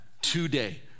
today